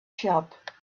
shop